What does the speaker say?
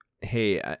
hey